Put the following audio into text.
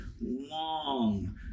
long